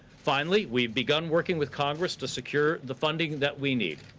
finally, we've begun working with congress to secure the funding that we need.